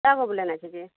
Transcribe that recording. कएगो बुक लेनाइ छै की